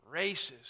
racist